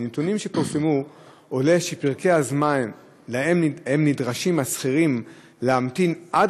מנתונים שפורסמו עולה שפרקי הזמן ששכירים נדרשים להמתין עד